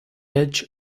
edge